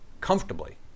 comfortably